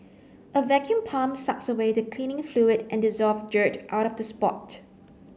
a vacuum pump sucks away the cleaning fluid and dissolved dirt out of the spot